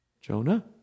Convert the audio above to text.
Jonah